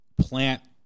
plant